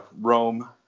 Rome